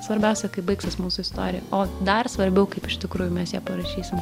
svarbiausia kaip baigsis mūsų istorija o dar svarbiau kaip iš tikrųjų mes ją parašysim